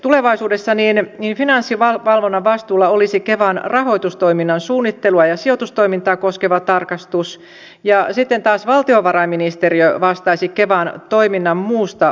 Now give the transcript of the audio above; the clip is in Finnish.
hallituksen esityksen mukaan tulevaisuudessa finanssivalvonnan vastuulla olisi kevan rahoitustoiminnan suunnittelua ja sijoitustoimintaa koskeva tarkastus ja sitten taas valtiovarainministeriö vastaisi kevan toiminnan muusta valvonnasta